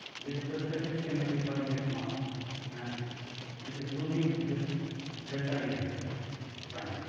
this is the specific energy per unit mass and it is loosing this delta e zero prime